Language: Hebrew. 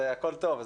הכול טוב,